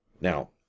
Now